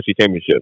Championship